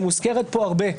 שמוזכרת פה הרבה,